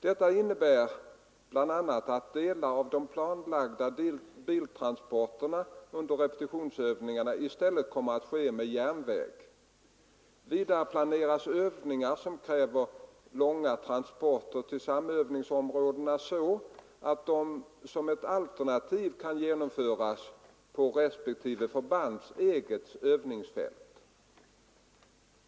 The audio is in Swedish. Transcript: Detta innebär bl.a. att delar av de planlagda biltransporterna under repetitionsövningarna i stället kommer att ske med järnväg. Vidare planeras övningar som kräver långa transporter till samövningsområden så, att de som ett alternativ kan genomföras på respektive förbands egna övningsfält.